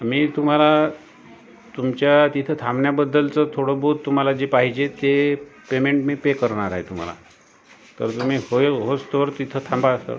मी तुम्हाला तुमच्या तिथं थांबण्याबद्दलचं थोडंबहुत तुम्हाला जे पाहिजे ते पेमेंट मी पे करणार आहे तुम्हाला तर तुम्ही होयं होस्तवर तिथं थांबा तर